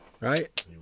right